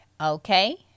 Okay